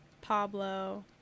Pablo